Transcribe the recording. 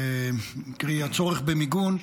קרי הצורך במיגון,